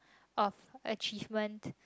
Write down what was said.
of achievement